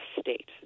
state